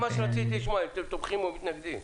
לשמוע אם אתם תומכים או מתנגדים.